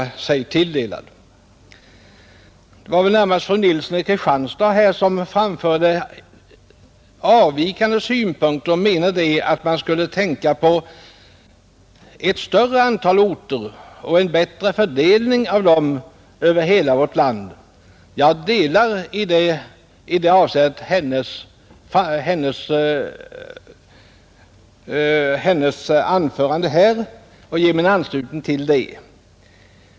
Det var närmast fru Nilsson i Kristianstad som framförde avvikande synpunkter. Hon menade att man skulle tänka på ett större antal orter och en bättre fördelning av dem över hela landet. Jag delar hennes åsikt i det fallet.